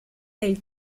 del